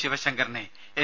ശിവശങ്കറിനെ എൻ